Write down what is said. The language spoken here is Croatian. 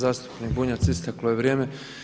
Zastupnik Bunjac, isteklo je vrijeme.